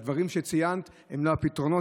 הדברים שציינת הם לא הפתרונות,